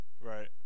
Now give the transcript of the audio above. Right